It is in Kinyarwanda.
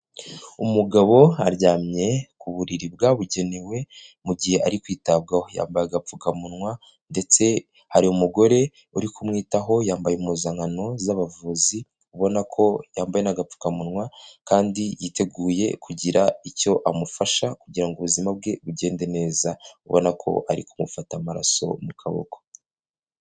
Umugabo aryamye ku buriri bwabugenewe, mu gihe ari kwitabwaho. Yambaye agapfukamunwa ndetse hari umugore uri kumwitaho, yambaye impuzankano z'abavuzi, ubona ko yambaye n' agapfukamunwa kandi yiteguye kugira icyo amufasha kugira ngo ubuzima bwe bugende neza. Ubona ko ari kumufata amaraso mu kaboko.